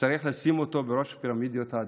שצריך לשים אותו בראש סדר העדיפויות.